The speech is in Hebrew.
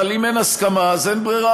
אבל אם אין הסכמה אז אין ברירה.